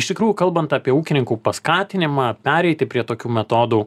iš tikrųjų kalbant apie ūkininkų paskatinimą pereiti prie tokių metodų